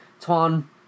Tuan